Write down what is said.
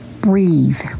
Breathe